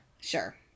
Sure